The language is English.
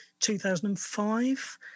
2005